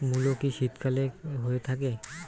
মূলো কি শীতকালে হয়ে থাকে?